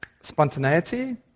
spontaneity